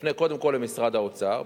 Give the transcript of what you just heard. נפנה קודם כול למשרד האוצר.